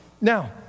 Now